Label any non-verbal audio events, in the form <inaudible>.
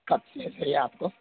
कबसे <unintelligible> ये आपको